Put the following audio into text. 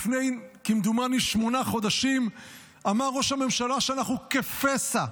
לפני כמדומני שמונה חודשים אמר ראש הממשלה שאנחנו כפסע.